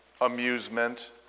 amusement